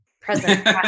present